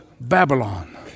Babylon